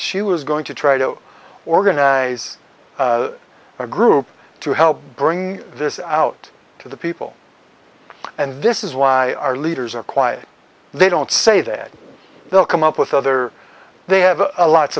she was going to try to organize a group to help bring this out to the people and this is why our leaders are quiet they don't say that they'll come up with other they have lots